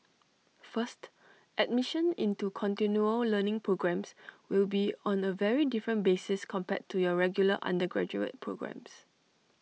first admission into continual learning programmes will be on A very different basis compared to your regular undergraduate programmes